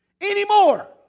anymore